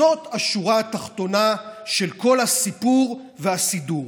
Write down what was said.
זאת השורה התחתונה של כל הסיפור והסידור.